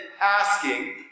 asking